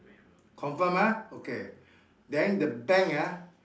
confirm ah okay then the bank ah